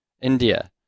India